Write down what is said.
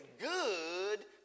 good